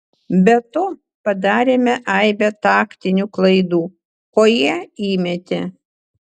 be to padarėme aibę taktinių klaidų o jie įmetė